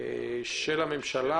של הממשלה,